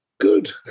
Good